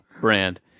brand